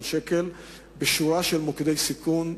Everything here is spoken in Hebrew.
ש"ח מהתקציב של מע"צ בשורה של מוקדי סיכון,